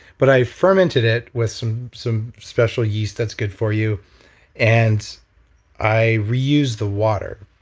but i fermented it with some some special yeast that's good for you and i reuse the water.